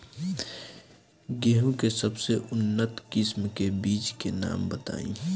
गेहूं के सबसे उन्नत किस्म के बिज के नाम बताई?